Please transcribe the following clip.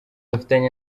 mfitanye